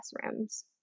classrooms